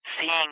seeing